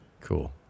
Cool